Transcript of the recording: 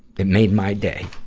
it made my day.